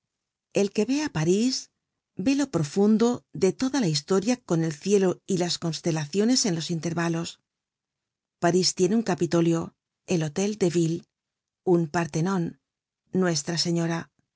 el que ve á parís ve lo profundo de toda la historia con el cielo y las constelaciones en los intervalos parís tiene un capitolio el hótel de ville un partenon nuestra señora